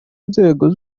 nzego